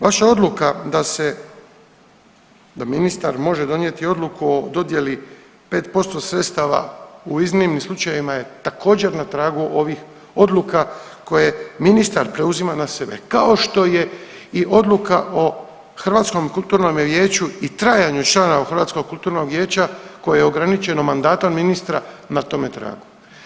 Vaša odluka da se da ministar može donijeti odluku o dodjeli 5% sredstava u iznimnim slučajevima je također na tragu ovih odluka koje ministar preuzima na sebe, kao što je i odluka o Hrvatskom kulturnome vijeću i trajanju članova u Hrvatskog kulturnog vijeća koje je ograničeno mandatom ministra na tome tragu.